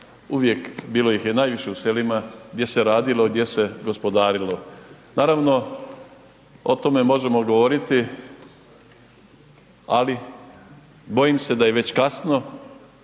uvijek, bilo ih je najviše u selima gdje se radilo i gdje se gospodarilo. Naravno o tome možemo govoriti ali bojim se da je već kasno